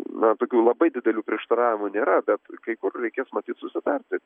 na tokių labai didelių prieštaravimų nėra bet kai kur reikės matyt susitarti